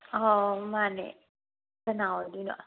ꯑꯥ ꯃꯥꯟꯅꯦ ꯀꯅꯥ ꯑꯣꯏꯗꯣꯏꯅꯣ